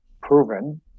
proven